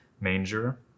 manger